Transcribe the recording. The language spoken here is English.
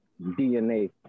DNA